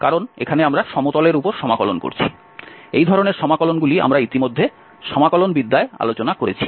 কারণ এখন আমরা সমতলের উপর সমাকলন করছি এই ধরনের সমাকলনগুলি আমরা ইতিমধ্যে সমাকলনবিদ্যায় আলোচনা করেছি